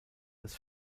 als